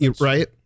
Right